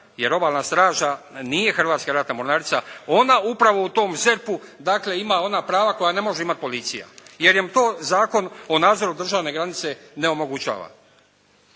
jer Obalna straža nije Hrvatska ratna mornarica, ona upravo u tom ZERP-u dakle ima ona prava koja ne može imati policija, jer je to Zakon o nadzoru državne granice ne omogućava.